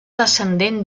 descendent